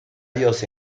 dios